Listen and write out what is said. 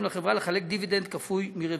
להורות לחברה לחלק דיבידנד כפוי מרווחיה.